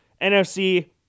NFC